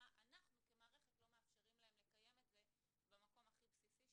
אנחנו כמערכת לא מאפשרים להם לקיים את זה במקום הכי בסיסי,